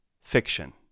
fiction